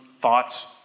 thoughts